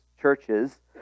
churches